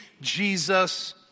Jesus